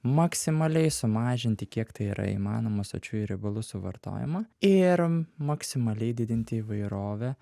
maksimaliai sumažinti kiek tai yra įmanoma sočiųjų riebalų suvartojimą ir maksimaliai didinti įvairovę